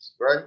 right